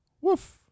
Woof